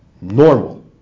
normal